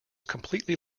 completely